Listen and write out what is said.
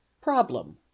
problem